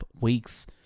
weeks